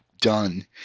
done